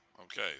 okay